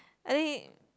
I think